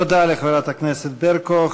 תודה לחברת הכנסת ברקו.